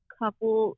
couple